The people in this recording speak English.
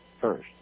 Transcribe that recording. first